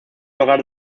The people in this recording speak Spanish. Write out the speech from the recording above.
hogar